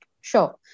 Sure